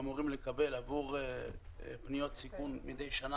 אמורים לקבל עבור פניות סיכון מדי שנה